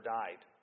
died